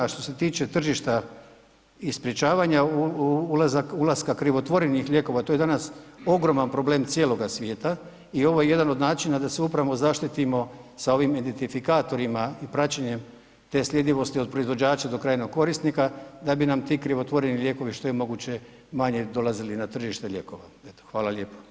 A što se tiče tržišta i sprječavanja ulaska krivotvorenih lijekova, to je danas ogroman problem cijeloga svijeta i ovo je jedan od načina da se upravo zaštitimo sa ovim identifikatorima i praćenjem te sljedivosti od proizvođača do krajnjeg korisnika da bi nam ti krivotvoreni lijekovi što je moguće manje dolazili na tržište lijekova, eto, hvala lijepo.